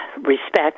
respect